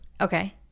Okay